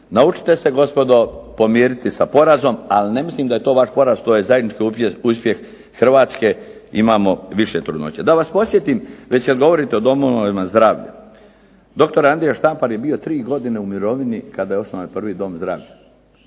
Naučite se gospodo pomiriti sa porazom, ali ne mislim da je to vaš poraz, to je zajednički uspjeh Hrvatske, imamo više trudnoća. Da vas podsjetim, već kad govorite o domovima zdravlja, doktor Andrija Štampar je bio tri godine u mirovini kada je osnovan prvi dom zdravlja.